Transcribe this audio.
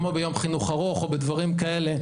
כמו ביום חינוך ארוך או בדברים כאלה.